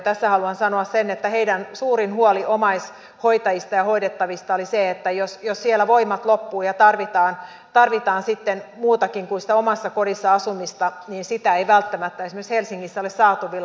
tässä haluan sanoa sen että heidän suurin huolensa omaishoitajista ja hoidettavista oli se että jos siellä voimat loppuvat ja tarvitaan sitten muutakin kuin sitä omassa kodissa asumista niin sitä ei välttämättä esimerkiksi helsingissä ole saatavilla